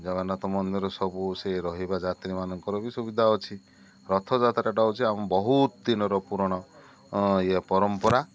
ଜଗନ୍ନାଥ ମନ୍ଦିର ସବୁ ସେ ରହିବା ଯାତ୍ରୀ ମାନଙ୍କର ବି ସୁବିଧା ଅଛି ରଥଯାତ୍ରାଟା ହେଉଛି ଆମ ବହୁତ ଦିନର ପୁରୁଣା ଇଏ ପରମ୍ପରା